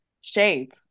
shape